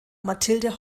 mathilde